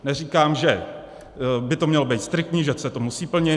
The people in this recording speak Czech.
Neříkám, že by to mělo být striktní, že se to musí plnit.